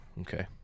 okay